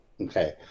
Okay